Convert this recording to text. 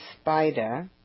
spider